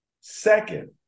second